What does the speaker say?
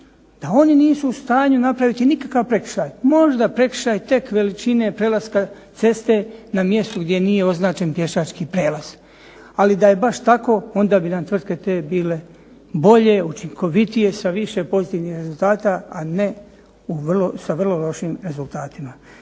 da oni nisu u stanju napraviti nikakav prekršaj. Možda prekršaj tek veličine prelaska cesta na mjestu gdje nije označen pješački prijelaz. Ali da je baš tako onda bi nam tvrtke te bile bolje, učinkovitije, sa više pozitivnih rezultata, a ne sa vrlo lošim rezultatima.